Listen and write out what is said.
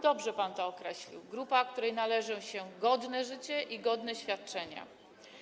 Dobrze pan to określił: grupa, której należą się godne życie i godne świadczenia.